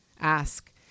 ask